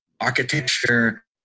architecture